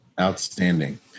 Outstanding